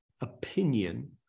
opinion